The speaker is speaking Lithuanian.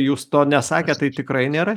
jūs to nesakėt tai tikrai nėra